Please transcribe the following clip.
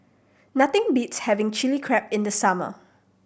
nothing beats having Chilli Crab in the summer